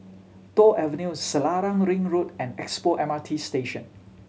Toh Avenue Selarang Ring Road and Expo M R T Station